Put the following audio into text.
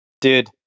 Dude